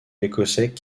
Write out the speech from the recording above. écossais